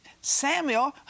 Samuel